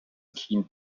keene